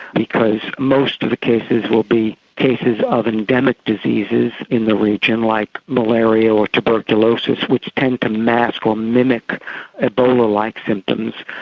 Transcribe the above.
because most of the cases will be cases of endemic diseases in the region like malaria or tuberculosis which tends to mask or mimic ebola-like symptoms,